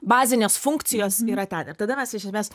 bazinės funkcijos yra ten ir tada mes iš esmės